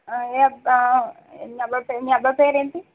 మీ అబ్బాయి మీ అబ్బాయి పేరేంటి